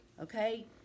Okay